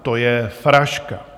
To je fraška!